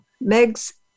Meg's